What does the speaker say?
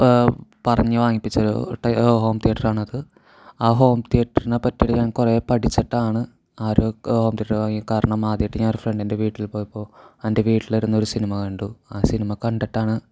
പറഞ്ഞു വാങ്ങിപ്പിച്ചൊരു ഹോം തീയറ്ററാണത് ആ ഹോം തീയറ്ററിനെപ്പറ്റിയിട്ട് ഞാൻ കുറേ പഠിച്ചിട്ടാണ് ആ ഒരു ഹോം തീയറ്റർ വാങ്ങിയത് കാരണം ആദ്യമായിട്ട് ഞാൻ ഒരു ഫ്രണ്ടിൻ്റെ വീട്ടിൽ പോയപ്പോൾ അവൻ്റെ വീട്ടിലിരുന്നൊരു സിനിമ കണ്ടു ആ സിനിമ കണ്ടിട്ടാണ്